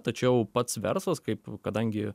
tačiau pats verslas kaip kadangi